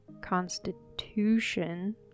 constitution